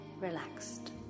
relaxed